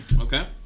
Okay